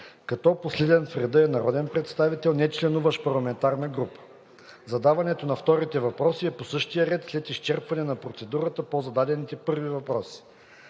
като последен в реда е народен представител, нечленуващ в парламентарна група. Задаването на вторите въпроси е по същия ред, след изчерпване на процедурата по зададените първи въпроси.